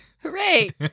Hooray